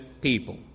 people